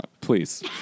Please